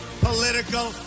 political